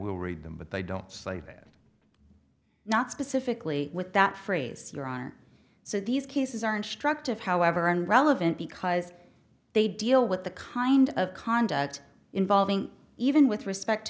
we'll read them but they don't say that not specifically with that phrase your honor so these cases are instructive however and relevant because they deal with the kind of conduct involving even with respect to